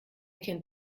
kennt